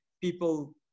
people